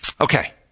Okay